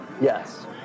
Yes